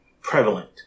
prevalent